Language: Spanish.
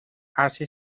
hace